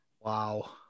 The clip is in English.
Wow